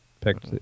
picked